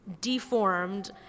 deformed